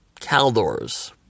Caldors